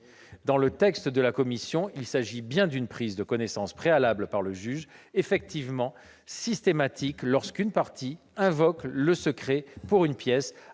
Dans le texte de la commission, il s'agit bien d'une prise de connaissance préalable par le juge, effectivement systématique lorsqu'une partie invoque le secret pour une pièce